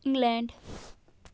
England